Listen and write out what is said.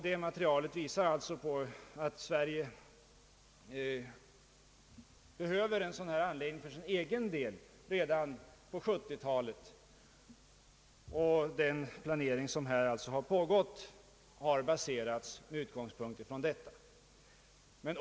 Det materialet visar att Sverige behöver en sådan här anläggning för sin egen del redan under 1970-talet. Den planering som pågått har också baserats på detta.